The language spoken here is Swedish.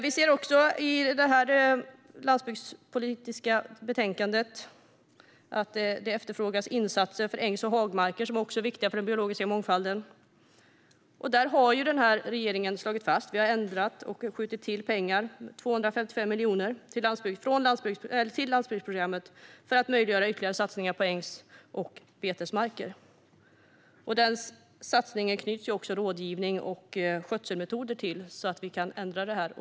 Vi ser i det landsbygdspolitiska betänkandet att det efterfrågas insatser för ängs och hagmarker, som också är viktiga för den biologiska mångfalden. Där har regeringen ändrat och skjutit till pengar. Det är 255 miljoner till landsbygdsprogrammet för att möjliggöra ytterligare satsningar på ängs och betesmarker. Den satsningen knyts också till rådgivning och skötselmetoder så att vi kan ändra det här.